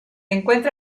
encuentra